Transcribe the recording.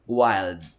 wild